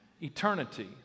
eternity